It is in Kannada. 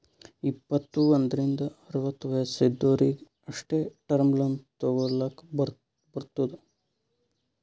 ಇಪ್ಪತ್ತು ಒಂದ್ರಿಂದ್ ಅರವತ್ತ ವಯಸ್ಸ್ ಇದ್ದೊರಿಗ್ ಅಷ್ಟೇ ಟರ್ಮ್ ಲೋನ್ ತಗೊಲ್ಲಕ್ ಬರ್ತುದ್